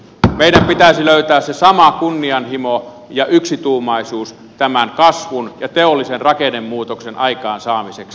meidän pitäisi löytää se sama kunnianhimo ja yksituumaisuus tämän kasvun ja teollisen rakennemuutoksen aikaansaamiseksi